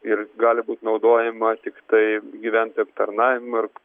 ir gali būt naudojama tiktai gyventojų aptarnavimui ir